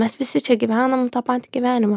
mes visi čia gyvenam tą pa tį gyvenimą